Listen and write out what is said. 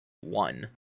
one